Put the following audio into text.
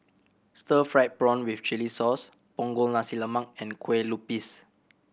stir fried prawn with chili sauce Punggol Nasi Lemak and Kueh Lupis